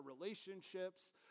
relationships